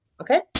Okay